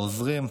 העוזרים,